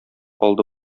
алды